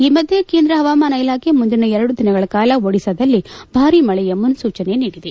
ಈ ಮಧ್ಯೆ ಕೇಂದ್ರ ಹವಾಮಾನ ಇಲಾಖೆ ಮುಂದಿನ ಎರಡು ದಿನಗಳ ಕಾಲ ಒಡಿಶಾದಲ್ಲಿ ಭಾರಿ ಮಳೆ ಮುನೂಚನೆ ನೀಡಿದೆ